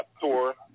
tour